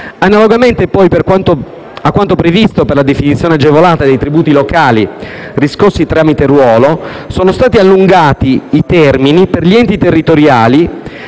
Analogamente a quanto previsto per la definizione agevolata dei tributi locali riscossi tramite ruolo, sono stati allungati i termini per gli enti territoriali